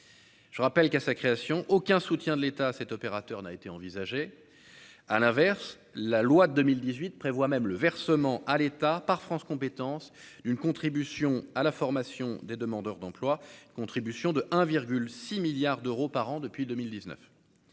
Je rappelle qu'à sa création, aucun soutien de l'État, cet opérateur n'a été envisagée, à l'inverse, la loi de 2018 prévoit même le versement à l'État par France compétence d'une contribution à la formation des demandeurs d'emploi, contribution de 1 virgule 6 milliards d'euros par an depuis 2019,